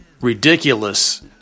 ridiculous